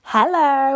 Hello